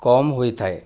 କମ ହୋଇଥାଏ